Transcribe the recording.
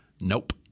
Nope